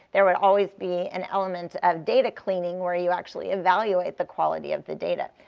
there will always be an element of data cleaning where you actually evaluate the quality of the data.